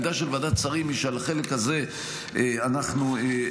העמדה של ועדת שרים היא שלחלק הזה אנחנו מתנגדים.